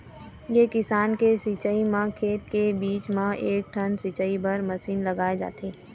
ए किसम के सिंचई म खेत के बीच म एकठन सिंचई बर मसीन लगाए जाथे